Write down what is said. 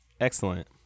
Excellent